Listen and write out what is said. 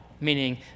meaning